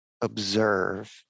observe